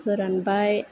फोरानबाय